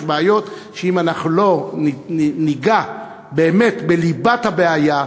יש בעיות שאם אנחנו לא ניגע לגביהן באמת בליבת הבעיה,